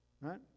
right